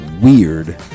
weird